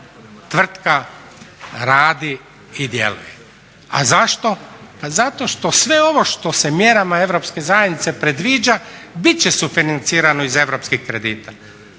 tvrtka radi i djeluje. A zašto? Pa zato što sve ovo što se mjerama Europske zajednice predviđa bit će sufinancirano iz europskih kredita,